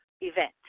event